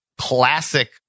classic